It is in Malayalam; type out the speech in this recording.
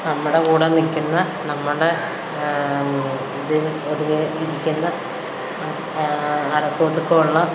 നമ്മുടെ കൂടെ നില്ക്കുന്ന നമ്മുടെ രീതിയിൽ ഒതുങ്ങി ഇരിക്കുന്ന അടക്കവും ഒതുക്കവുമുള്ള